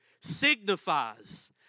signifies